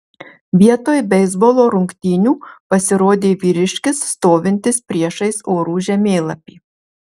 vietoj beisbolo rungtynių pasirodė vyriškis stovintis priešais orų žemėlapį